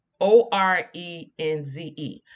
O-R-E-N-Z-E